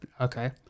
Okay